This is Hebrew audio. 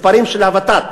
מספרים של הוות"ת: